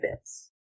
bits